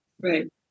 Right